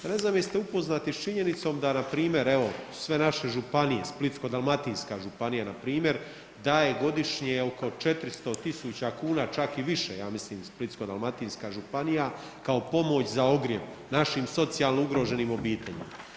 Ne znam jeste upoznati s činjenicom da npr. evo sve naše županije, Splitsko-dalmatinska županija npr. daje godišnje oko 400.000 kuna čak i više ja mislim Splitsko-dalmatinska županija kao pomoć za ogrjev našim socijalno ugroženim obiteljima.